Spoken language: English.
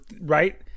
right